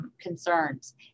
Concerns